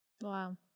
Wow